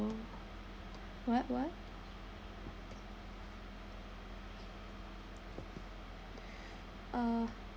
what what uh